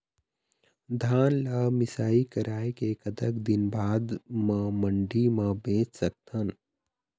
धान ला मिसाई कराए के कतक दिन बाद मा मंडी मा बेच सकथन?